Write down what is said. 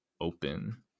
open